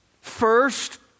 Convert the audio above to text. first